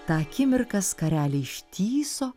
tą akimirką skarelė ištįso